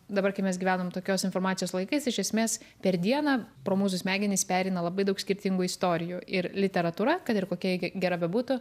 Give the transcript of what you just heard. dabar kai mes gyvenam tokios informacijos laikais iš esmės per dieną pro mūsų smegenis pereina labai daug skirtingų istorijų ir literatūra kad ir kokia ji gera bebūtų